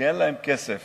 כי אין להם כסף.